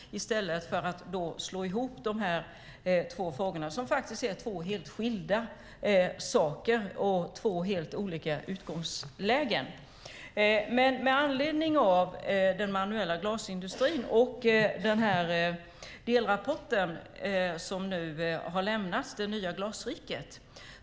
I stället har man slagit ihop de här två frågorna. Det är faktiskt två helt skilda saker, och det är två helt olika utgångslägen. Med anledning av den manuella glasindustrin vill jag nämna den delrapport som nu har lämnats, Det nya Glasriket .